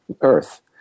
Earth